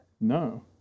No